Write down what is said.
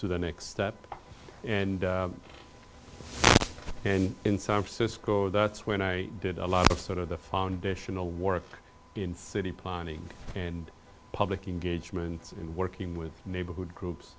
to the next step and then in san francisco that's when i did a lot of sort of the foundational work in city planning and public in gage moments in working with neighborhood groups